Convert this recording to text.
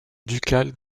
ducale